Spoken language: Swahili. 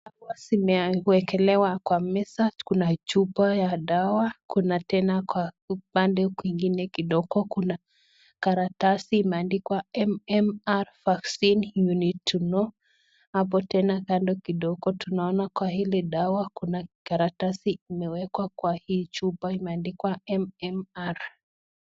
Zimewekelewa kwa meza, kuna chupa ya dawa, kuna tena kwa upande kwingine kidogo kuna karatasi imeandikwa MMR Vaccine what you need to know . Hapo tena kando kidogo tunaona kwa hili dawa kuna karatasi imewekwa kwa hii chupa imeandikwa MMR.